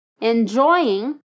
enjoying